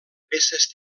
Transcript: peces